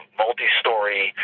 multi-story